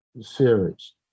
series